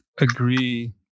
agree